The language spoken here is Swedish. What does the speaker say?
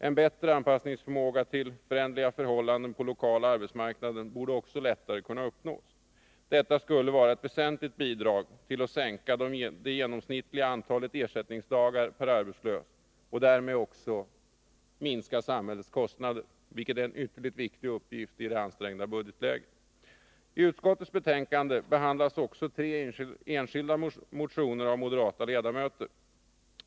En bättre förmåga till anpassning till föränderliga förhållanden på lokala arbetsmarknader borde också lättare kunna uppnås. Detta skulle vara ett väsentligt bidrag till att sänka det genomsnittliga antalet ersättningsdagar per arbetslös och därmed också minska samhällets kostnader, vilket är ytterligt viktigt i det ansträngda budgetläget. I utskottets betänkande behandlas också tre enskilda motioner av moderata ledamöter.